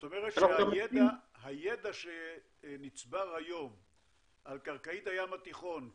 כלומר הידע שנצבר היום על קרקעית הים התיכון,